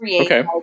Okay